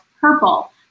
Purple